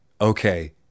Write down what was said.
Okay